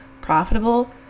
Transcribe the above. profitable